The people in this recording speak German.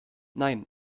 nein